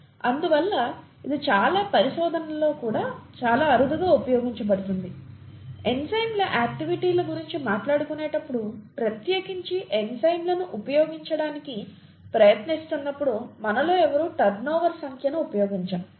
అందువల్ల ఇది చాలా పరిశోధనలలో కూడా చాలా అరుదుగా ఉపయోగించబడుతుంది ఎంజైమ్ల ఆక్టివిటీల గురించి మాట్లాడేటప్పుడు ప్రత్యేకించి ఎంజైమ్లను ఉపయోగించడానికి ప్రయత్నిస్తున్నప్పుడు మనలో ఎవరూ టర్నోవర్ సంఖ్యను ఉపయోగించము